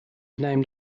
named